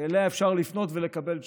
שאליה אפשר לפנות ולקבל תשובות,